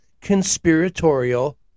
conspiratorial